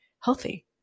healthy